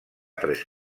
tres